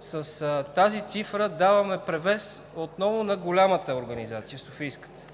с тази цифра отново даваме превес на голямата организация – Софийската.